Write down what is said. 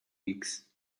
weeks